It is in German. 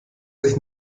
sich